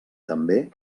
també